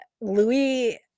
Louis